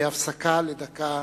הפסקה לדקה.